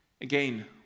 Again